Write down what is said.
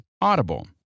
Audible